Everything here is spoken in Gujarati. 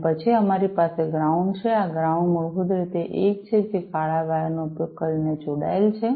અને પછી અમારી પાસે ગ્રાઉંડ છે આ ગ્રાઉંડ મૂળભૂત રીતે એક છે જે કાળા વાયર નો ઉપયોગ કરીને જોડાયેલ છે